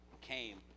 came